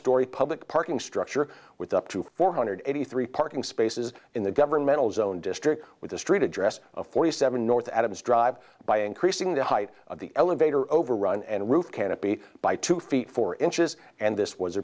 story public parking structure with up to four hundred eighty three parking spaces in the governmental zone district with a street address of forty seven north adams drive by increasing the height of the elevator overrun and roof canopy by two feet four inches and